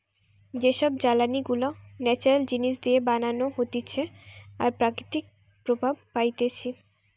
যে সব জ্বালানি গুলা ন্যাচারাল জিনিস দিয়ে বানানো হতিছে আর প্রকৃতি প্রভাব পাইতিছে